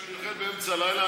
כשאני אוכל באמצע הלילה,